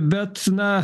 bet na